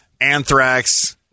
Anthrax